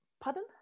pardon